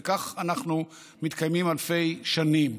וכך אנחנו מתקיימים אלפי שנים.